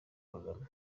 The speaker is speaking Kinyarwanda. kagame